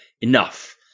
enough